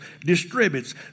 Distributes